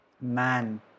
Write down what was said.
Man